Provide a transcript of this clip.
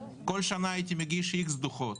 כל שנה הייתי מגיש X דוחות,